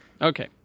Okay